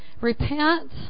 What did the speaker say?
repent